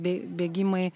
bei bėgimai